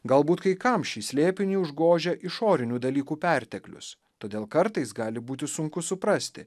galbūt kai kam šį slėpinį užgožia išorinių dalykų perteklius todėl kartais gali būti sunku suprasti